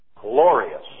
glorious